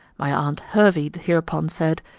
my aunt hervey hereupon said,